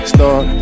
Start